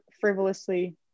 frivolously